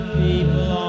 people